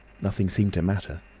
nothing seemed to matter.